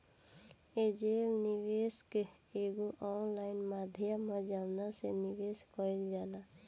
angel निवेशक एगो online माध्यम ह जवना से निवेश कईल जाला